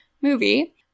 movie